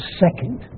second